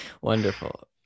Wonderful